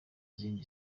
izindi